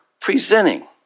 presenting